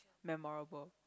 memorable